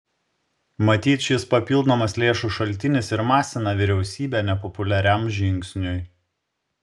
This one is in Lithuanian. matyt šis papildomas lėšų šaltinis ir masina vyriausybę nepopuliariam žingsniui